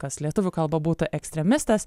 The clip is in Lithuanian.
kas lietuvių kalba būtų ekstremistas